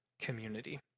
community